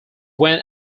when